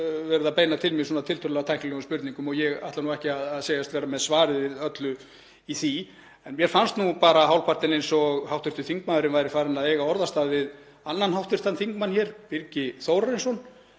sagði, verið að beina til mín svona tiltölulega tæknilegum spurningum og ég ætla ekki að segjast vera með svarið við öllu í því. En mér fannst hálfpartinn eins og hv. þingmaður væri farinn að eiga orðastað við annan hv. þingmann hér, Birgi Þórarinsson,